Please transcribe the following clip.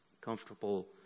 comfortable